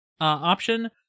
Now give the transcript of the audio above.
option